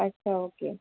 अच्छा ओके